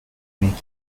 make